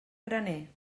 graner